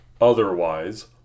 Otherwise